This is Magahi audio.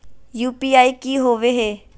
यू.पी.आई की होवे है?